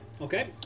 Okay